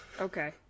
okay